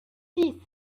six